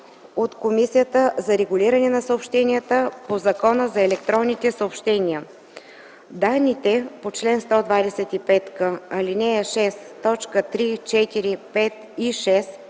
от Комисията за регулиране на съобщенията по Закона за електронните съобщения. Данните по чл. 125к, ал.